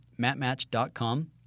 Matmatch.com